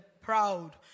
proud